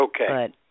Okay